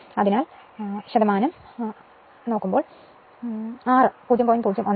അതിനാൽ R ന് 0